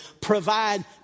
provide